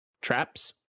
traps